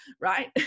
right